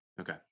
okay